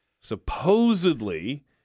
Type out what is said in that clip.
Supposedly